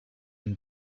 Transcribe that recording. and